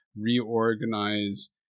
reorganize